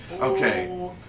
Okay